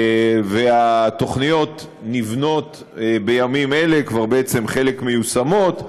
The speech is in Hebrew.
התוכניות נבנות בימים אלה, ובעצם חלק כבר מיושמות.